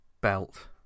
Belt